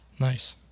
Nice